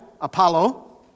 Apollo